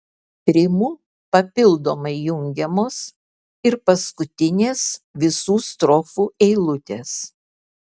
rimu papildomai jungiamos ir paskutinės visų strofų eilutės